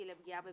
מתקדמים.